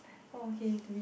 okay to read